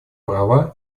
права